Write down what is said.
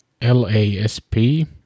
LASP